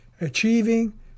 Achieving